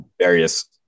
various